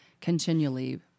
continually